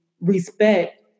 respect